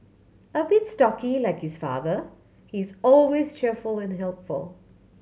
a bit stocky like his father he is always cheerful and helpful